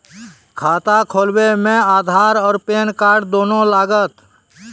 खाता खोलबे मे आधार और पेन कार्ड दोनों लागत?